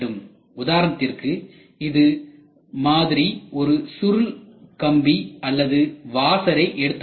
உதாரணத்திற்கு இது மாதிரி ஒரு சுருள் கம்பி அல்லது வாசரை எடுத்துக்கொள்வோம்